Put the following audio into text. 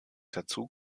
dazu